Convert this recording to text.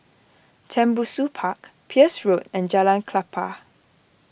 Tembusu Park Peirce Road and Jalan Klapa